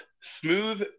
smooth